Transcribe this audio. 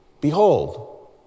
Behold